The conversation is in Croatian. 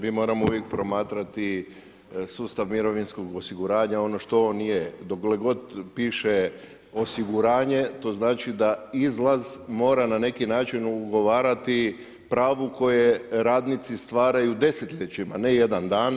Mi moramo uvijek promatrati sustav mirovinskog osiguranja, ono što on nije, dokle god piše osiguranje, to znači da izlaz mora na neki ugovarati pravu koje radnici stvaraju desetljećima, ne jedan dan.